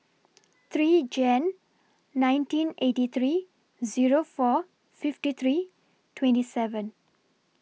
three Jan nineteen eighty three Zero four fifty three twenty seven